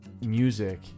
music